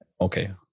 Okay